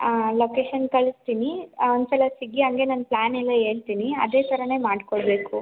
ಆಂ location ಕಳಿಸ್ತೀನಿ ಆಂ ಒಂದು ಸಲ ಸಿಗಿ ಹಂಗೆ ನಾನು ಪ್ಲ್ಯಾನೆಲ್ಲ ಹೇಳ್ತೀನಿ ಅದೇ ಥರನೇ ಮಾಡಿಕೊಡ್ಬೇಕು